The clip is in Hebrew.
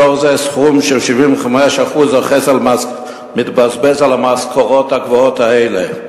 בתוך זה סכום של 75% מתבזבז על המשכורות הגבוהות האלה.